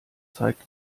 zeigt